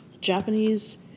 Japanese